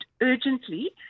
urgently